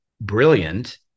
brilliant